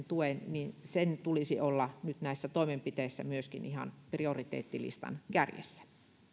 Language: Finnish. tuen tulisi olla nyt näissä toimenpiteissä ihan prioriteettilistan kärjessä